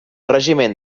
regiment